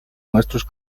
maestros